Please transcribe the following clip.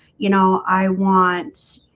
you know, i want